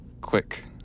quick